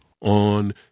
on